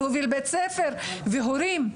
להוביל בית ספר והורים.